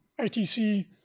ITC